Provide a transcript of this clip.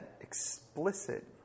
explicit